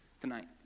tonight